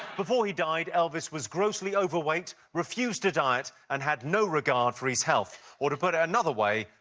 before he died, elvis was grossly overweight, refused to diet and had no regard for his health, or to put it another way,